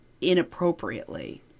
inappropriately